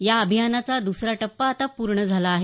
या अभियानाचा दसरा टप्पा आता पूर्ण झाला आहे